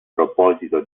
proposito